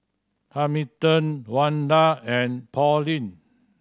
Hamilton Wanda and Pauline